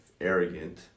arrogant